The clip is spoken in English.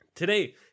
Today